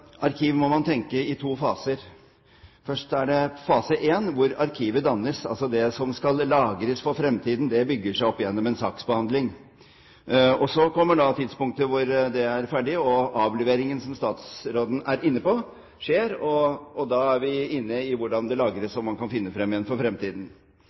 må man tenke på i to faser. Først er det fase en hvor arkivet dannes – altså det som skal lagres for fremtiden, bygger seg opp gjennom en saksbehandling. Så kommer tidspunktet hvor det er ferdig og avleveringen, som statsråden er inne på, skjer. Da er vi inne på hvordan det lagres, og om man kan finne frem igjen i fremtiden.